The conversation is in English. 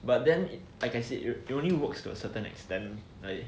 but then I can say like it only works to a certain extent like